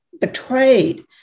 betrayed